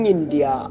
India